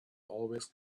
always